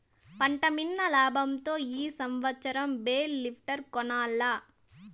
పంటమ్మిన లాబంతో ఈ సంవత్సరం బేల్ లిఫ్టర్ కొనాల్ల